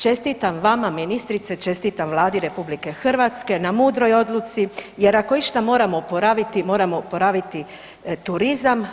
Čestitam vama ministrice, čestitam Vladi RH na mudroj odluci jer ako išta moramo oporaviti moramo oporaviti turizam.